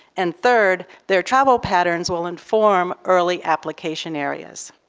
and third, their travel patterns will inform early application areas.